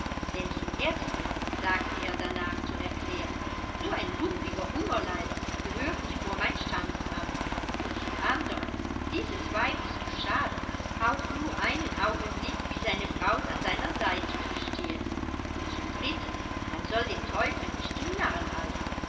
denn zum ersten sagte er darnach zur erklärung so ein lumpiger hungerleider gehört nicht vor mein standesamt und zum anderen dieses weib ist zu schade auch nur einen augenblick wie seine braut an seiner seite zu stehen und zum dritten man soll den teufel nicht zum narren halten